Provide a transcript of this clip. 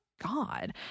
god